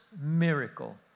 miracle